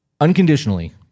Unconditionally